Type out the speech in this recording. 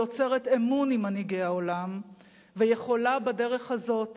היא יוצרת אמון עם מנהיגי העולם ויכולה בדרך הזאת